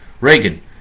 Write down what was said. Reagan